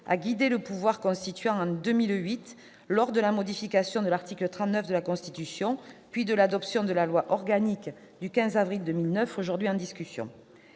a guidé le pouvoir constituant en 2008 lors de la modification de l'article 39 de la Constitution, puis lors de l'adoption de la loi organique du 15 avril 2009. Cela n'a pas